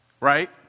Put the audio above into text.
right